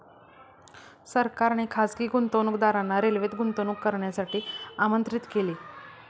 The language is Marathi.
सरकारने खासगी गुंतवणूकदारांना रेल्वेत गुंतवणूक करण्यासाठी आमंत्रित केले